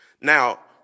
Now